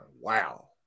Wow